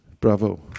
Bravo